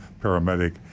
paramedic